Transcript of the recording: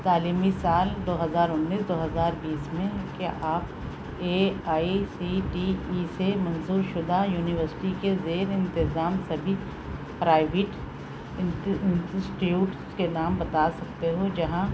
تعلیمی سال دو ہزار انیس دو ہزار بیس میں کیا آپ A I C T E سے منظور شدہ یونیورسٹی کے زیر انتظام سبھی پرائیویٹ انسٹی ٹیوٹس کے نام بتا سکتے ہو جہاں